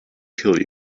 kill